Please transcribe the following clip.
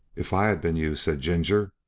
if i had been you, said ginger,